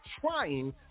trying